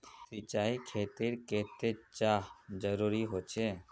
सिंचाईर खेतिर केते चाँह जरुरी होचे?